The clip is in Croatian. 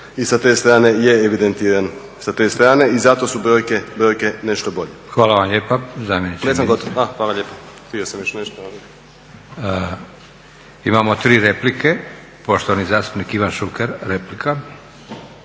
i sa te strane je evidentiran sa te strane i zato su brojke nešto bolje. **Leko, Josip (SDP)** Hvala vam lijepa zamjeniče. Imamo tri replike. Poštovani zastupnik Ivan Šuker, replika.